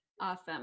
awesome